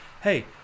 hey